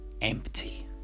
empty